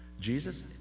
Jesus